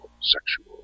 sexual